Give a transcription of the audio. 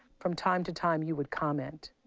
from time to time, you would comment.